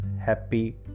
happy